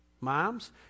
Moms